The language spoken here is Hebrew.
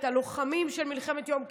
את הלוחמים של מלחמת יום כיפור,